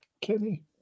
Kenny